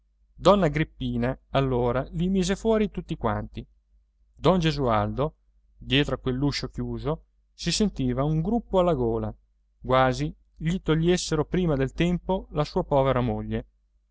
donna agrippina allora li mise fuori tutti quanti don gesualdo dietro a quell'uscio chiuso si sentiva un gruppo alla gola quasi gli togliessero prima del tempo la sua povera moglie